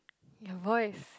your voice